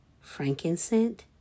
frankincense